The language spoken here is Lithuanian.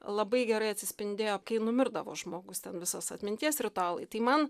labai gerai atsispindėjo kai numirdavo žmogus ten visas atminties ritualai tai man